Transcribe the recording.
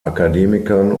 akademikern